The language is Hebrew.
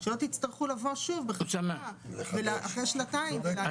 שלא תצטרכו לבוא שוב אחרי שנתיים --- הזכאות הזאת.